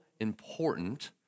important